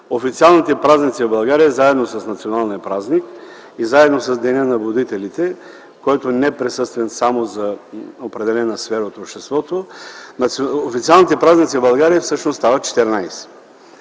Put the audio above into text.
официалните празници в България заедно с националния празник и заедно с Деня на будителите, който е неприсъствен само за определена сфера от обществото, всъщност стават 14.